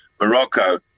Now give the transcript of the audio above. Morocco